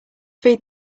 feed